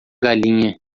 galinha